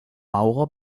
maurer